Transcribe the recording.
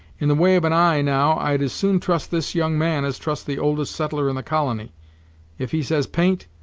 in the way of an eye, now, i'd as soon trust this young man, as trust the oldest settler in the colony if he says paint,